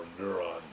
neuron